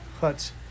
huts